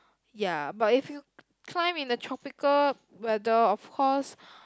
ya but if you climb in the tropical weather of course